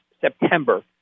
September